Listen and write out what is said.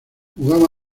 jugaba